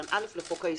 אין הצעות לסדר.